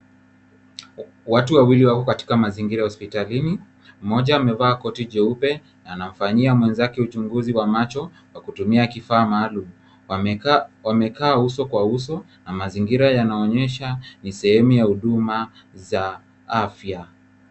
Watu wawili wako katika mazingira ya hospitalini. Mmoja amevaa koti jeupe na anamfanyia mwenzake uchunguzi wa macho kwa kutumia kifaa maalum. Wamekaa uso kwa uso na mazingira yanaonyesha ni sehemu ya huduma za afya.